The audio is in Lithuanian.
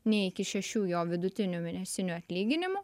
nei iki šešių jo vidutinių mėnesinių atlyginimų